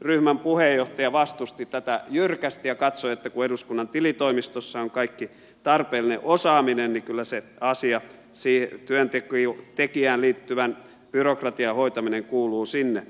ryhmän puheenjohtaja vastusti tätä jyrkästi ja katsoi että kun eduskunnan tilitoimistossa on kaikki tarpeellinen osaaminen niin kyllä se työntekijään liittyvän byrokratian hoitaminen kuuluu sinne